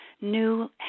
new